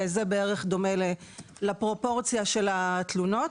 וזה בערך דומה לפרופורציה של התלונות.